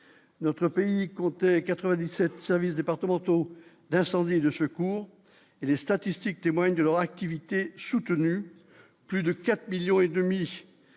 notre pays comptait 97 services départementaux d'incendie et de secours et les statistiques témoignent de leur activité soutenue, plus de 4 millions et demi